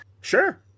sure